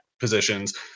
positions